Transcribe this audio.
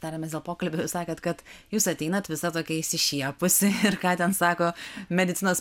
tarėmės dėl pokalbio jūs sakėt kad jūs ateinat visa tokia išsišiepusi ir ką ten sako medicinos